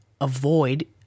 avoid